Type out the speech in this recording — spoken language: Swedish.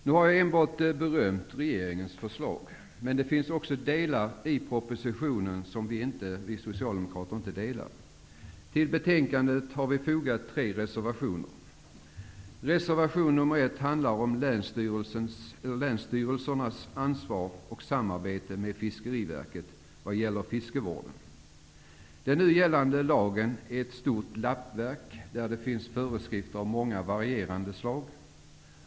Nu har jag enbart berömt regeringens förslag, men det finns också delar i propositionen som vi socialdemokrater inte instämmer i. Till betänkandet har vi fogat tre reservationer. Reservation nr 1 handlar om länsstyrelsernas ansvar och samarbete med Fiskeriverket vad gäller fiskevården. Den nu gällande lagen är ett stort lappverk där det finns föreskrifter av många varierande slag.